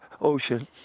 ocean